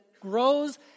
grows